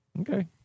okay